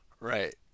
Right